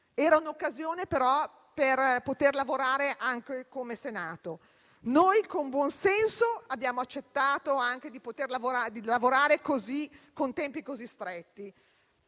Era un'occasione, però, per poter lavorare anche come Senato. Noi, con buon senso, abbiamo accettato di poter lavorare anche in tempi così stretti.